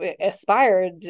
aspired